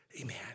amen